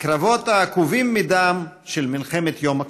בקרבות העקובים מדם של מלחמת יום כיפור.